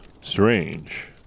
strange